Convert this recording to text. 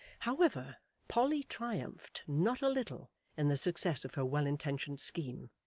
however, polly triumphed not a little in the success of her well-intentioned scheme,